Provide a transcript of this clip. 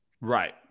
right